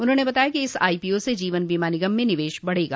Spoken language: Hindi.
उन्होंने बताया कि इस आईपीओ से जीवन बीमा निगम में निवेश बढ़ेगा